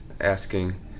asking